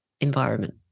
environment